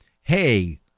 hey